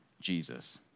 Jesus